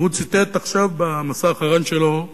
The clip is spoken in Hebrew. והוא ציטט עכשיו, במסע האחרון שלו בארצות-הברית,